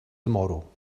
tomorrow